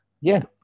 Yes